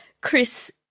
Chris